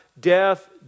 death